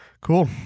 Cool